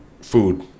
food